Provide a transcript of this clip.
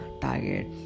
target